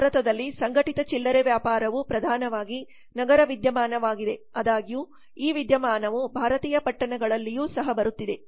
ಭಾರತದಲ್ಲಿ ಸಂಘಟಿತ ಚಿಲ್ಲರೆ ವ್ಯಾಪಾರವು ಪ್ರಧಾನವಾಗಿ ನಗರ ವಿದ್ಯಮಾನವಾಗಿದೆ ಆದಾಗ್ಯೂ ಈ ವಿದ್ಯಮಾನವು ಭಾರತೀಯ ಪಟ್ಟಣಗಳಲ್ಲಿಯೂ ಸಹ ಬರುತ್ತಿದೆ